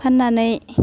फाननानै